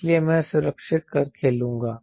इसलिए मैं सुरक्षित खेलूंगा